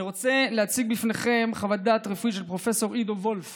אני רוצה להציג בפניכם חוות דעת רפואית של פרופ' עידו וולף